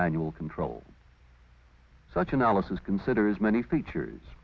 manual control such analysis considers many features